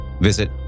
visit